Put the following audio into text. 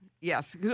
yes